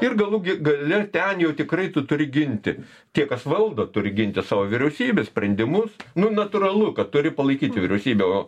ir galų gale ten jau tikrai tu turi ginti tie kas valdo turi ginti savo vyriausybės sprendimus nu natūralu kad turi palaikyti vyriausybę o